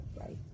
Right